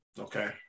Okay